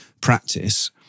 practice